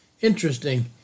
Interesting